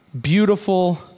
beautiful